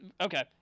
okay